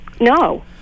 No